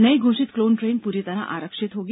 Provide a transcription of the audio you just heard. नई घोषित clone train पूरी तरह आरक्षित होंगी